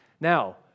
Now